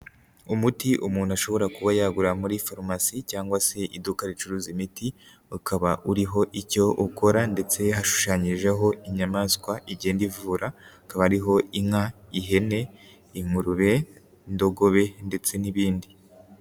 Umuti umuntu ashobora kuba yagura muri farumasi cyangwa se iduka ricuruza imiti ukaba uriho icyo ukora ndetse hashushanyijeho inyamaswa igenda ivura, hakaba hariho inka, ihene, ingurube, indogobe ndetse n'ibindi.